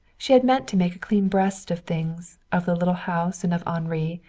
she had meant to make a clean breast of things of the little house, and of henri,